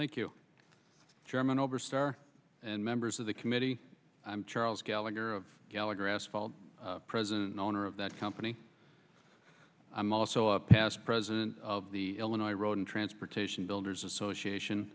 thank you chairman oberstar and members of the committee i'm charles gallagher of gallagher asphalt president owner of that company i'm also a past president of the illinois road and transportation builders association